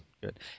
Good